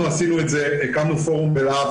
אנחנו הקמנו פורום בל.ה.ב,